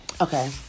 Okay